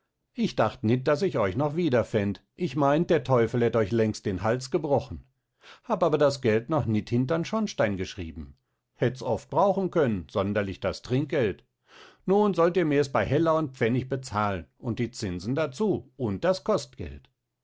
ich dacht nit daß ich euch noch wiederfänd ich meint der teufel hätt euch längst den hals gebrochen hab aber das geld noch nit hintern schornstein geschrieben hätts oft brauchen können sonderlich das trinkgeld nun sollt ihr mirs bei heller und pfennig bezahlen und die zinsen dazu und das kostgeld